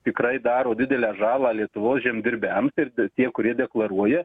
tikrai daro didelę žalą lietuvos žemdirbiams ir tie kurie deklaruoja